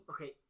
Okay